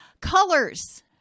colors